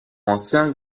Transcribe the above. anciens